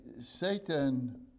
Satan